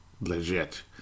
legit